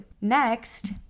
Next